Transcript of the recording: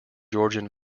georgian